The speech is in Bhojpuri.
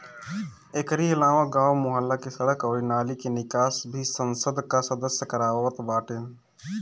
एकरी अलावा गांव, मुहल्ला के सड़क अउरी नाली के निकास भी संसद कअ सदस्य करवावत बाने